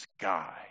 Sky